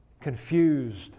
confused